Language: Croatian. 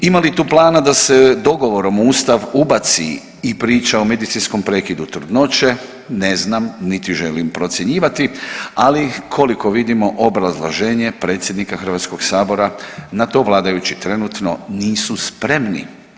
Ima li tu plana da se dogovorom u Ustav ubaci i priča o medicinskom prekidu trudnoće, ne znam niti želim procjenjivati, ali koliko vidimo obrazloženje predsjednika Hrvatskog sabora na to vladajući trenutno nisu spremni.